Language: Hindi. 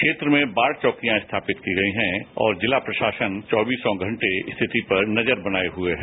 क्षेत्र में बाढ़ चौकियां स्थापित की गई हैं और जिला प्रशासन चौबीसों घंटे स्थिति पर नजर बनाए हुए है